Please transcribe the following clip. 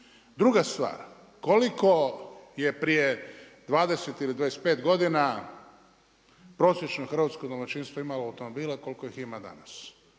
Druga stvar, koliko je prije 20 ili 25 godina prosječno hrvatsko domaćinstvo automobila koliko ih ima danas?